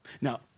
Now